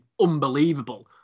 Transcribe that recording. unbelievable